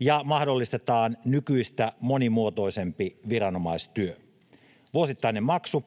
ja mahdollistetaan nykyistä monimuotoisempi viranomaistyö. Vuosittainen maksu